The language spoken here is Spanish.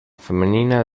femenina